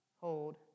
hold